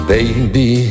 Baby